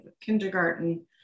kindergarten